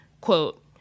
quote